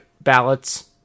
ballots